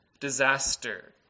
disaster